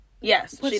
Yes